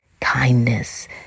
kindness